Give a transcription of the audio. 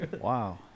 Wow